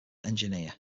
engineer